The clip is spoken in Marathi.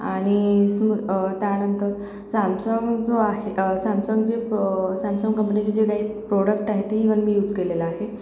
आणि स्म त्यानंतर सॅमसंग जो आहे सॅमसंग जे ब सॅमसंग कंपनीचे जे काही प्रोडक्ट आहेत ते इव्हन मी यूज केलेलं आहे